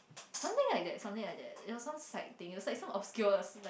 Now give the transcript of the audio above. something like that something like that it was some psych thing it was like some obscure like